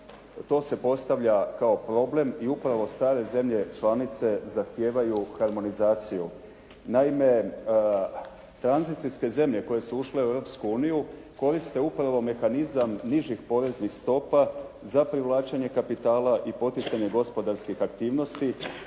to se postavlja kao problem i upravo stare zemlje članice zahtijevaju harmonizaciju. Naime, tranzicijske zemlje koje su ušle u Europsku uniju koriste upravo mehanizam nižih poreznih stopa za privlačenje kapitala i poticanje gospodarskih aktivnosti